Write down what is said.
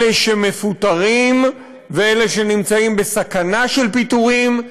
אלה שמפוטרים ואלה שנמצאים בסכנה של פיטורים,